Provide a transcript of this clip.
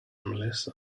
melissa